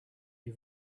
you